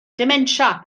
dementia